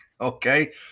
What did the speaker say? Okay